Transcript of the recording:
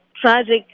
tragic